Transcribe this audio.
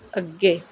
ਅੱਗੇ